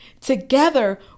together